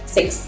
Six